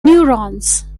neurons